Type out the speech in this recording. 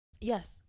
yes